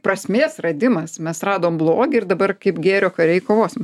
prasmės radimas mes radom blogį ir dabar kaip gėrio kariai kovosim